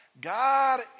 God